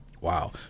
Wow